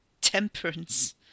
Temperance